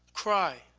cry.